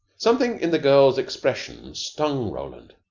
something in the girl's expression stung roland.